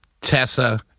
Tessa